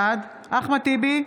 בעד אחמד טיבי,